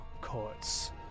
courts